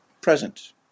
present